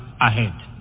ahead